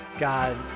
God